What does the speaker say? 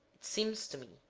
it seems to me.